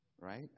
right